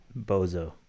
bozo